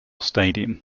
stadium